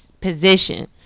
position